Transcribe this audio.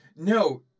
No